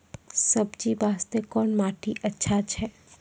सब्जी बास्ते कोन माटी अचछा छै?